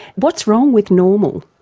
what's wrong with normal?